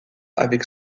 avec